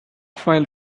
file